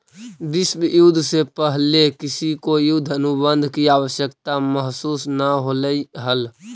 विश्व युद्ध से पहले किसी को युद्ध अनुबंध की आवश्यकता महसूस न होलई हल